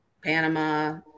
Panama